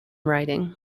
writing